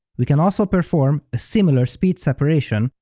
we can also perform a similar speech separation,